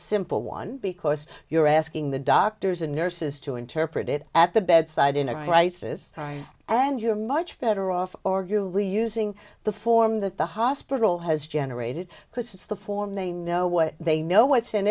simple one because you're asking the doctors and nurses to interpret it at the bedside in a crisis and you're much better off or you using the form that the hospital has generated because it's the form they know what they know what's in